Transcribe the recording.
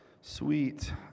Sweet